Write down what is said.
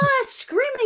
screaming